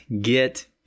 get